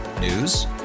News